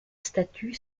statue